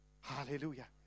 Hallelujah